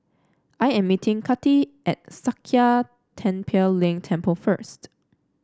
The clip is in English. I am meeting Kati at Sakya Tenphel Ling Temple first